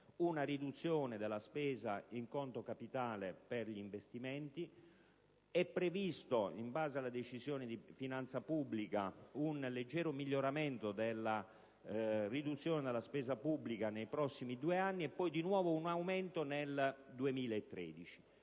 una riduzione della spesa in conto capitale per gli investimenti. È previsto, in base alla Decisione di finanza pubblica, un leggero miglioramento in termini di riduzione della spesa pubblica nei prossimi due anni, e di nuovo un aumento nel 2013.